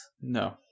No